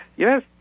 Yes